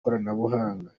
koranabuhanga